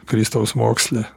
kristaus moksle